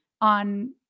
on